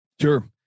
Sure